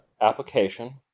application